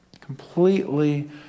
Completely